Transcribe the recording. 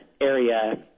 area